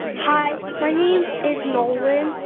hi. my name is nolan.